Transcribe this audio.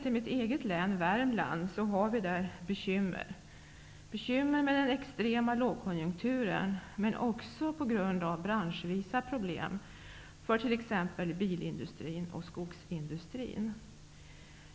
I mitt eget hemlän, Värmland, har vi bekymmer med den extrema lågkonjunkturen men också branschvisa problem för t.ex. bilindustrin och skogsindustrin.